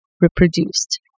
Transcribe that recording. reproduced